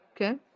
Okay